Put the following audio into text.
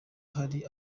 hari